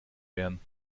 werden